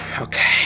Okay